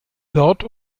dort